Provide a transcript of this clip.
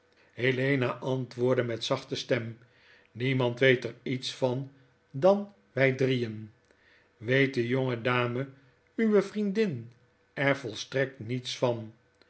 helena antwoordde met zachte stem niemand weet er iets van dan wij drieen weet de jonge dame uwe vriendin er volstrekt niets van